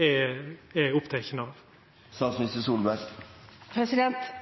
er oppteken av? Der er